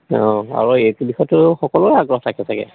অঁ আৰু এই টো বিষয়ততো সকলোৰে আগ্ৰহ থাকে চাগে